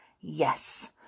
Yes